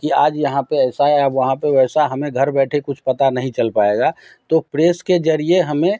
कि आज यहाँ पर ऐसा है आब वहाँ पर वैसा हमें घर बैठे कुछ पता नहीं चल पाएगा तो प्रेस के ज़रिए हमें